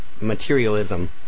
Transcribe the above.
materialism